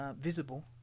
visible